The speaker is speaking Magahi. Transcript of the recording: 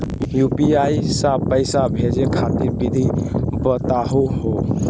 यू.पी.आई स पैसा भेजै खातिर विधि बताहु हो?